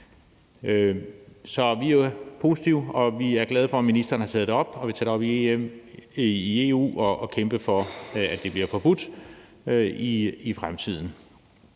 Så vi er jo positive, og vi er glade for, at ministeren har taget det op, og at vi tager det op i EU for at kæmpe for, at det bliver forbudt i fremtiden.